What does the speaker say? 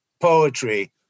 poetry